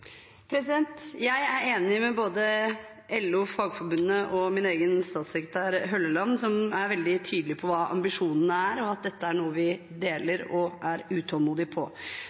Jeg er enig med både LO, Fagforbundet og min egen statssekretær Hølleland, som er veldig tydelige på hva ambisjonene er, og at dette er noe vi deler og er utålmodige på.